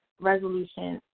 Resolution